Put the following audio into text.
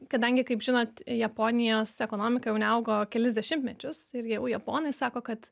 kadangi kaip žinot japonijos ekonomika jau neaugo kelis dešimtmečius ir jau japonai sako kad